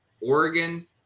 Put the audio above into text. Oregon